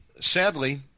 sadly